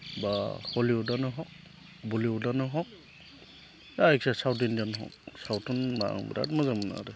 एबा हलिउडआनो हख बलिउडआनो हख जायखिजाया साउथ इन्डियानआनो हख सावथुन होनोब्ला आं बिराद मोजां मोनो आरो